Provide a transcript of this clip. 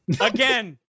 Again